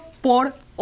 por